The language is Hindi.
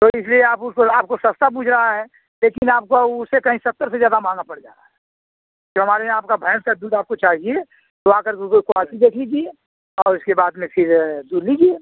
तो इसलिए आप उस आपको सस्ता बूझ रहा है लेकिन आपका वो उससे कहीं सत्तर से ज्यादा महँगा पड़ जा रहा है जो हमारे यहाँ आपका भैंस का दूध आपको चाहिए तो आकर के क्वालटी देख लीजिए और इसके बाद में फिर दूध लीजिए